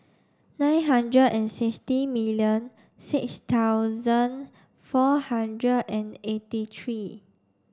nine hundred and sixty million six thousand four hundred and eighty three